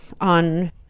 on